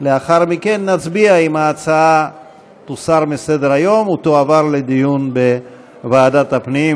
ולאחר מכן נצביע אם ההצעה תוסר מסדר-היום או תועבר לדיון בוועדת הפנים,